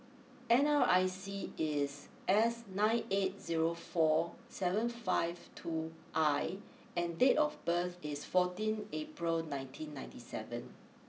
N R I C is S nine eight zero four seven five two I and date of birth is fourteen April nineteen ninety seven